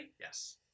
Yes